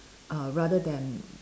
err rather than